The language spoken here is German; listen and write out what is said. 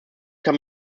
kann